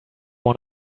one